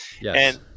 Yes